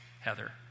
Heather